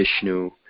Vishnu